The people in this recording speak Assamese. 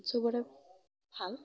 চবৰে ভাল